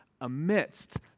amidst